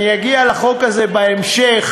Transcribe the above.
אני אגיע לחוק הזה בהמשך,